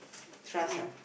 mine